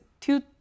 two